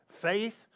Faith